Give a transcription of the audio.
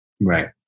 Right